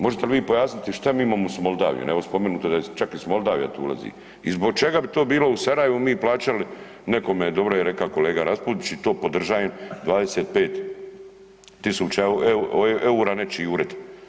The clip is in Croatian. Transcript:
Možete li vi pojasniti šta mi imamo sa Moldavijom, evo spomenuto je čak da Moldavija tu ulazi i zbog čega bi to bilo u Sarajevu, mi plaćali nekome, dobro je rekao kolega Raspudić i to podržavam, 25 000 eura nečiji ured?